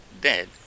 dead